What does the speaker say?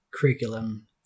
curriculum